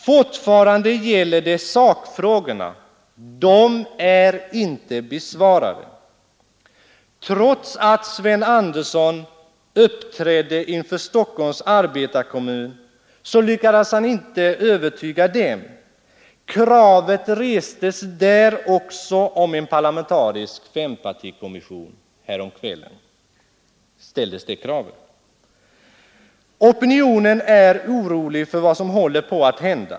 Fortfarande gäller det sakfrågorna, de är inte besvarade. Trots att Sven Andersson uppträdde inför Stockholms arbetarekommun så lyckades han inte övertyga den. Kravet restes där också häromkvällen om en parlamentarisk fempartikommission. Opinionen är orolig för vad som håller på att hända.